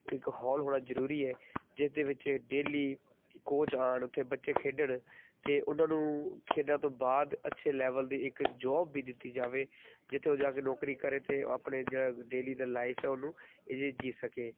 ਇੱਕ ਹੋਲ ਹੋਣਾ ਜ਼ਰੂਰੀ ਹੈ ਜਿਸ ਦੇ ਵਿੱਚ ਡੇਲੀ ਕੋਚ ਆਉਣ ਉੱਥੇ ਬੱਚੇ ਖੇਡਣ ਅਤੇ ਉਹਨਾਂ ਨੂੰ ਖੇਡਾਂ ਤੋਂ ਬਾਅਦ ਅੱਛੇ ਲੈਵਲ ਦੀ ਇੱਕ ਜੋਬ ਵੀ ਦਿੱਤੀ ਜਾਵੇ ਜਿੱਥੇ ਉਹ ਜਾ ਕੇ ਨੌਕਰੀ ਕਰੇ ਅਤੇ ਆਪਣੇ ਜਿਹੜਾ ਡੇਲੀ ਦਾ ਲਾਈਫ ਹੈ ਉਹਨੂੰ ਇਹ ਜੀਅ ਸਕੇ